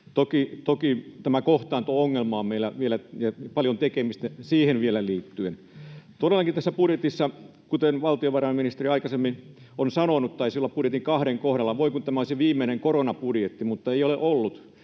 Toki tämä kohtaanto-ongelma on meillä vielä, ja vielä on paljon tekemistä siihen liittyen. Valtiovarainministeri on aikaisemmin sanonut — taisi olla budjetti 2:n kohdalla — että voi kun tämä olisi viimeinen koronabudjetti, mutta ei ole ollut.